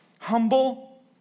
Humble